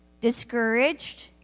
discouraged